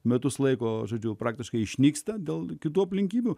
metus laiko žodžiu praktiškai išnyksta dėl kitų aplinkybių